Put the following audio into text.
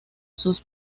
sus